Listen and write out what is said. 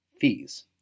Fees